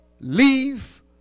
leave